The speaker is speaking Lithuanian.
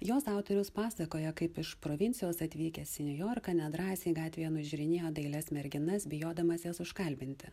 jos autorius pasakoja kaip iš provincijos atvykęs į niujorką nedrąsiai gatvėje nužiūrinėja dailias merginas bijodamas jas užkalbinti